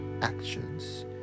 actions